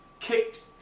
kicked